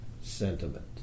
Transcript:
sentiment